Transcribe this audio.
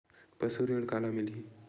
पशु ऋण काला मिलही?